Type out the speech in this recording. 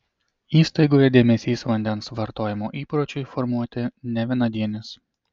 įstaigoje dėmesys vandens vartojimo įpročiui formuoti ne vienadienis